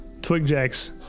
Twigjacks